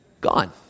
Gone